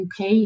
UK